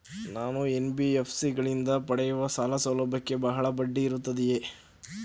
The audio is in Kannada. ನಾನು ಎನ್.ಬಿ.ಎಫ್.ಸಿ ಗಳಿಂದ ಪಡೆಯುವ ಸಾಲ ಸೌಲಭ್ಯಕ್ಕೆ ಬಹಳ ಬಡ್ಡಿ ಇರುತ್ತದೆಯೇ?